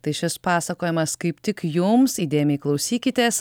tai šis pasakojimas kaip tik jums įdėmiai klausykitės